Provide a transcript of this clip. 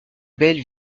belle